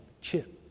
chip